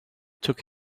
took